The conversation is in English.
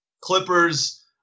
Clippers